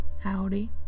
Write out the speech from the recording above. howdy